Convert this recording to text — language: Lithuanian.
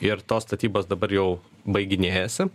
ir tos statybos dabar jau baiginėjasi